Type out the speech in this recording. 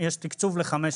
אבל יש תקצוב לכ-5,000.